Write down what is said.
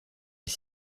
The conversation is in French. des